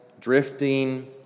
drifting